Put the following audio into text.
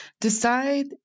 Decide